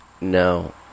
no